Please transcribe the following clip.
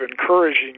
encouraging